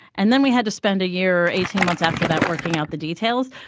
and then we had to spend a year or eighteen months after that working out the details.